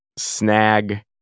Snag